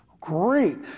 Great